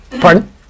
Pardon